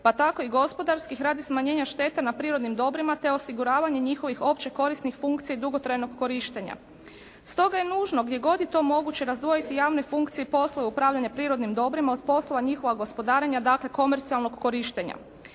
pa tako i gospodarskih radi smanjenja šteta na prirodnim dobrima te osiguravanje njihovih opće korisnih funkcija i dugotrajnog korištenja. Stoga je nužno gdje god je to moguće razdvojiti javne funkcije i poslove upravljanja prirodnim dobrima od poslova njihova gospodarenja, dakle komercijalnog korištenja. Takve